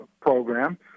program